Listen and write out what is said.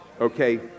Okay